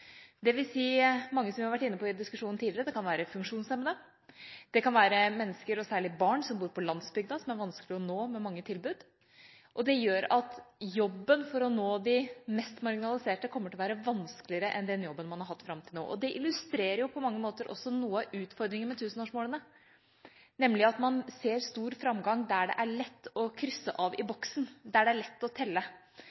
mange har vært inne på tidligere i diskusjonen: Det kan være funksjonshemmede, det kan være mennesker ellers – og særlig barn – som bor på landsbygda, som er vanskelige å nå med mange tilbud. Det gjør at jobben for å nå de mest marginaliserte kommer til å være vanskeligere enn den jobben man har hatt fram til nå. Det illustrerer på mange måter også noe av utfordringen med tusenårsmålene, nemlig at man ser stor framgang der det er lett å krysse av i